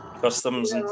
customs